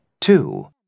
Two